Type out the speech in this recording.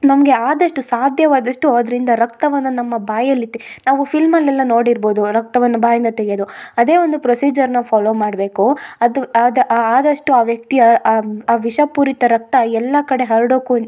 ನಮಗೆ ಆದಷ್ಟು ಸಾಧ್ಯವಾದಷ್ಟು ಅದರಿಂದ ರಕ್ತವನ ನಮ್ಮ ಬಾಯಲ್ಲಿ ತೆ ನಾವು ಫಿಲ್ಮಲ್ಲಿ ಎಲ್ಲ ನೋಡಿರ್ಬೋದು ರಕ್ತವನ್ನ ಬಾಯಿಂದ ತೆಗೆದು ಅದೇ ಒಂದು ಪ್ರೊಸಿಜರ್ನ ಫಾಲೋ ಮಾಡಬೇಕು ಅದು ಆದ ಆದಷ್ಟು ಆ ವ್ಯಕ್ತಿಯ ಆ ವಿಷಪೂರಿತ ರಕ್ತ ಎಲ್ಲ ಕಡೆ ಹರ್ಡೋಕು